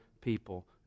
people